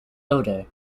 odor